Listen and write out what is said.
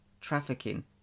trafficking